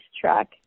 truck